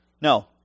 No